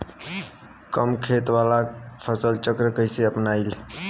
कम खेत वाला फसल चक्र कइसे अपनाइल?